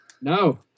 No